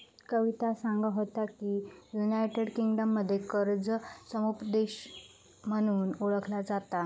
कविता सांगा होता की, युनायटेड किंगडममध्ये कर्ज समुपदेशन म्हणून ओळखला जाता